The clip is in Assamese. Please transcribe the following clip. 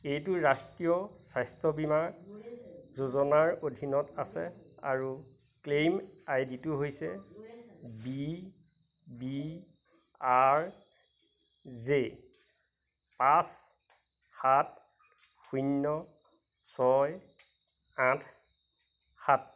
এইটো ৰাষ্ট্ৰীয় স্বাস্থ্য বীমা যোজনাৰ অধীনত আছে আৰু ক্লেইম আই ডিটো হৈছে বি বি আৰ জে পাঁচ সাত শূন্য ছয় আঠ সাত